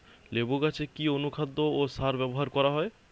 লেবু গাছে কি অনুখাদ্য ও সার ব্যবহার করা হয়?